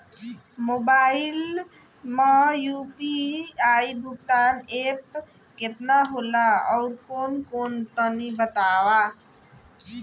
Mobile म UPI भुगतान app केतना होला आउरकौन कौन तनि बतावा?